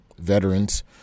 veterans